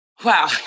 Wow